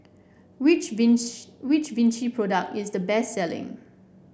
which Vichy Vichy product is the best selling